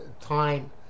time